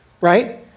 right